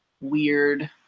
weird